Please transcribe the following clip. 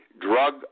Drug